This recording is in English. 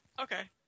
Okay